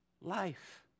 life